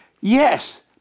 Yes